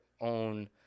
own